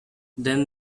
then